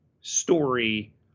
story